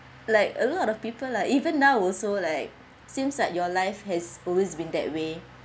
like a lot of people lah even now also like seems like your life has always been that way